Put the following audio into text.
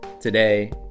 Today